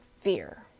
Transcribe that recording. fear